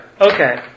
Okay